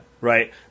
Right